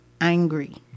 angry